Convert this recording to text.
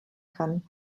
kann